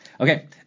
Okay